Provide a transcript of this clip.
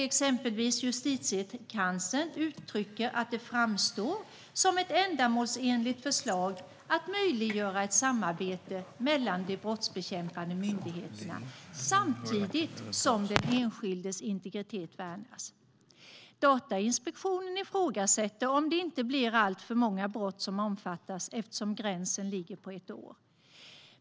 Exempelvis Justitiekanslern uttrycker att det framstår som ett ändamålsenligt förslag att möjliggöra ett samarbete mellan de brottsbekämpande myndigheterna, samtidigt som den enskildes integritet värnas. Datainspektionen ifrågasätter om det inte blir alltför många brott som omfattas, eftersom gränsen ligger på ett år.